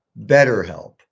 BetterHelp